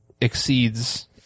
exceeds